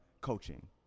coaching